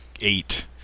eight